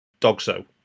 Dogso